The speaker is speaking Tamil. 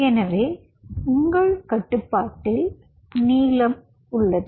எனவே உங்கள் கட்டுப்பாட்டில் நீளம் உள்ளது